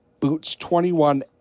BOOTS21